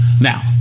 Now